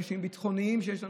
קשיים ביטחוניים שיש לנו,